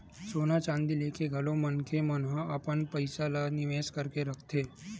सोना चांदी लेके घलो मनखे मन ह अपन पइसा ल निवेस करके रखथे